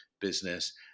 business